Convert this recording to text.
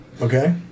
Okay